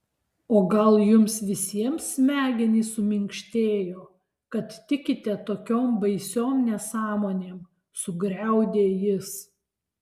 o gal jums visiems smegenys suminkštėjo kad tikite tokiom baisiom nesąmonėm sugriaudė jis